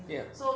ya